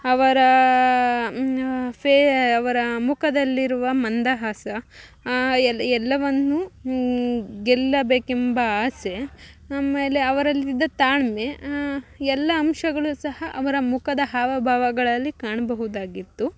ಅವರ ಫೇ ಅವರ ಮುಖದಲ್ಲಿರುವ ಮಂದಹಾಸ ಎಲ್ಲ ಎಲ್ಲವನ್ನು ಗೆಲ್ಲಬೇಕೆಂಬ ಆಸೆ ಆಮೇಲೆ ಅವರಲ್ಲಿದ್ದ ತಾಳ್ಮೆ ಎಲ್ಲ ಅಂಶಗಳು ಸಹ ಅವರ ಮುಖದ ಹಾವಭಾವಗಳಲ್ಲಿ ಕಾಣಬಹುದಾಗಿತ್ತು